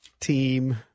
team